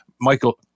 Michael –